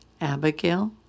Abigail